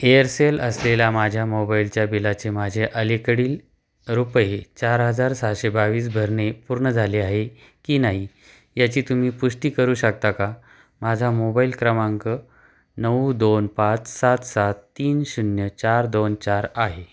Aircel असलेल्या माझ्या मोबाईलच्या बिलाचे माझे अलीकडील रुपये चार हजार सहाशे बावीस भरणे पूर्ण झाले आहे की नाही याची तुम्ही पुष्टी करू शकता का माझा मोबाईल क्रमांक नऊ दोन पाच सात सात तीन शून्य चार दोन चार आहे